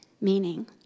meaning